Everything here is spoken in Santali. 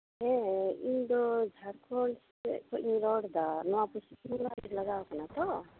ᱦᱮᱸ ᱤᱧᱫᱚ ᱡᱷᱟᱲᱠᱷᱚᱸᱰ ᱥᱮᱡ ᱠᱷᱚᱡ ᱤᱧ ᱨᱚᱲ ᱮᱫᱟ ᱱᱚᱣᱟ ᱯᱚᱥᱪᱤᱢ ᱵᱟᱝᱞᱟ ᱞᱟᱜᱟᱣ ᱟᱠᱟᱱᱟ ᱛᱚ